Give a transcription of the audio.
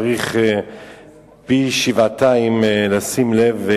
צריך שבעתיים לשים לב,